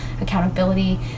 accountability